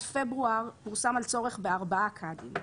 פברואר פורסם על צורך בארבעה קאדים.